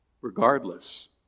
regardless